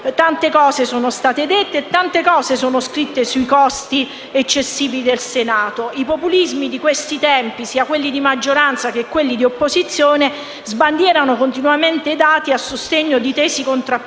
Tante cose sono state dette e tante cose sono state scritte sui costi eccessivi del Senato. I populismi di questi tempi, sia quelli di maggioranza che quelli di opposizione, sbandierano continuamente dati a sostegno di tesi contrapposte.